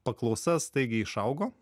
paklausa staigiai išaugo